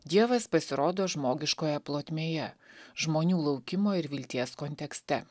dievas pasirodo žmogiškoje plotmėje žmonių laukimo ir vilties kontekste